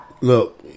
look